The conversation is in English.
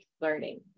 learning